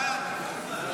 התשפ"ג 2023, לוועדה